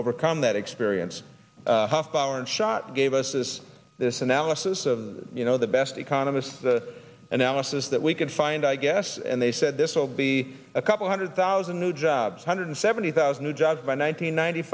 overcome that experience half hour and shot gave us this this analysis of you know the best economists the analysis that we could find i guess and they said this will be a couple hundred thousand new jobs hundred seventy thousand new jobs by nine hundred ninety